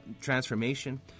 transformation